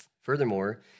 Furthermore